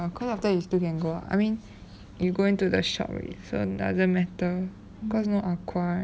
cause after you still can go ah I mean you going to the shop already doesn't matter cause no aqua right